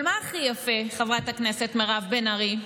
אבל מה הכי יפה, חברת הכנסת בן ארי?